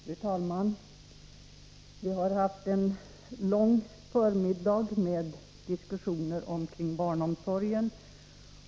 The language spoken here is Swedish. Fru talman! Vi har i dag haft en lång debatt om barnomsorgen.